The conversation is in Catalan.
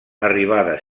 arribada